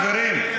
חברים.